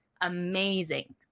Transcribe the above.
amazing